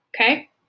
okay